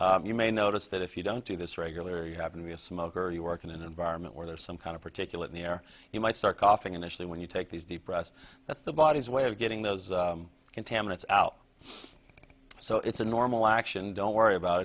you may notice that if you don't see this regular you happen to be a smoker you work in an environment where there's some kind of particulate in the air you might start coughing initially when you take these the press that's the body's way of getting those contaminants out so it's a normal action don't worry about